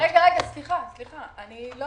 סליחה, אני לא